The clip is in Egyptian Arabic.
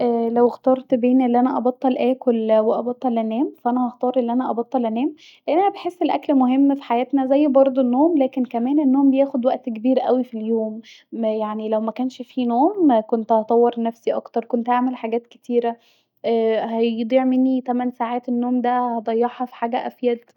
لو اخترت بين أن انا ابطل اكل وأبطل انام ف هختار أن انا ابطل انام لأن انا بحس أن الأكل مهم في حياتنا زي بردو النوم وكمان النوم بياخد وقت كبير اوي في اليوم يعني لو مكنش فيه نوم كنت هطور نفسي اكتر كنت هعمل حاجات كتيره هيضيع مني تمن ساعات النوم دع هضيعها في حاجه أفيد